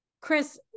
Chris